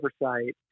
oversight